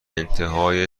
انتهای